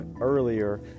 earlier